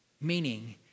Meaning